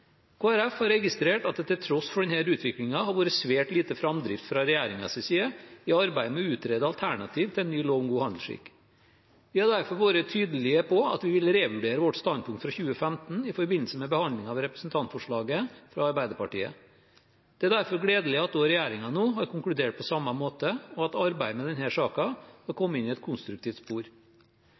har registrert at det til tross for denne utviklingen har vært svært lite framdrift fra regjeringens side i arbeidet med å utrede alternativer til en ny lov om god handelsskikk. Vi har derfor vært tydelige på at vi ville revurdere vårt standpunkt fra 2015 i forbindelse med behandlingen av representantforslaget fra Arbeiderpartiet. Det er derfor gledelig at også regjeringen nå har konkludert på samme måte, og at arbeidet med denne saken har kommet inn i et konstruktivt spor.